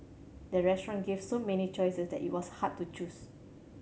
the restaurant gave so many choices that it was hard to choose